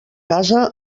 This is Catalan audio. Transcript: casa